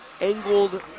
angled